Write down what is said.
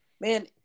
man